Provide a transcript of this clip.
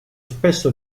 spesso